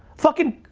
fucking